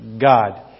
God